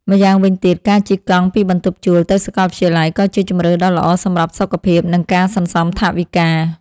ម៉្យាងវិញទៀត ការជិះកង់ពីបន្ទប់ជួលទៅសាកលវិទ្យាល័យក៏ជាជម្រើសដ៏ល្អសម្រាប់សុខភាព និងការសន្សំថវិកា។